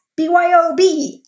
BYOB